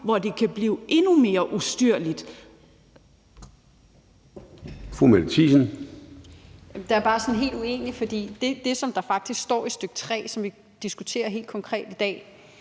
så det kan blive endnu mere ustyrligt.